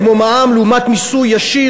כמו מע"מ לעומת מיסוי ישיר,